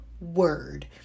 word